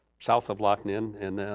south of loc ninh and